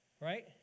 right